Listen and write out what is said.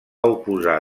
oposar